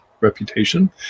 reputation